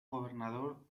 gobernador